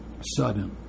Sudden